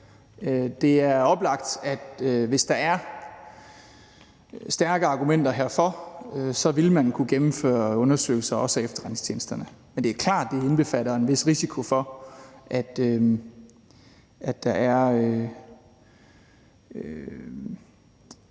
Det er oplagt, at man, hvis der var stærke argumenter herfor, ville kunne gennemføre undersøgelser, også af efterretningstjenesterne. Men det er klart, at det indbefatter en vis risiko for, at der er